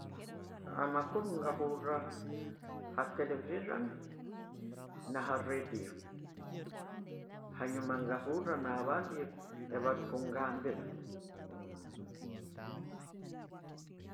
Amakuru ngahura ha televisioni na ha radio hanjuma nengahura nabandi barikungambira.